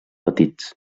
petits